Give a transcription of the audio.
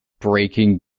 breaking